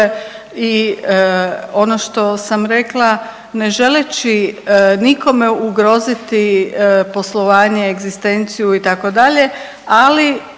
i ono što sam rekla, ne želeći nikome ugroziti poslovanje, egzistenciju itd.,